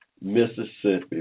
Mississippi